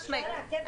חד-משמעית.